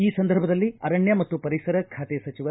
ಈ ಸಂದರ್ಭದಲ್ಲಿ ಅರಣ್ಯ ಮತ್ತು ಪರಿಸರ ಖಾತೆ ಸಚಿವ ಸಿ